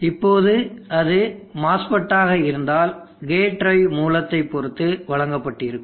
இப்போது அது MOSFET ஆக இருந்தால் கேட் டிரைவ் மூலத்தை பொறுத்து வழங்கப்பட்டிருக்கும்